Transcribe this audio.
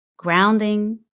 grounding